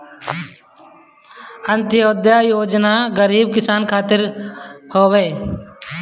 अन्त्योदय योजना गरीब किसान खातिर हवे